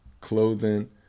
clothing